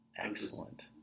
Excellent